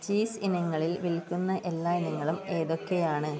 cheese ഇനങ്ങളിൽ വിൽക്കുന്ന എല്ലാ ഇനങ്ങളും ഏതൊക്കെയാണ്